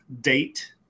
date